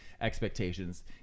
expectations